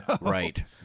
right